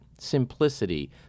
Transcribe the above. Simplicity